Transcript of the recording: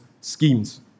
schemes